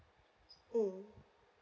mm